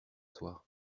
soir